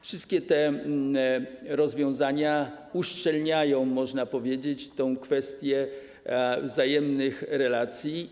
Wszystkie te rozwiązania uszczelniają, można powiedzieć, tę kwestię wzajemnych relacji.